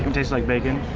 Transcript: um tastes like bacon.